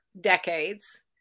decades